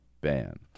ban